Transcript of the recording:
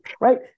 Right